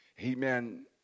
amen